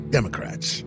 Democrats